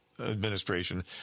administration